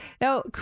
Now